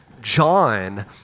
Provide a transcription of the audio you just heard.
John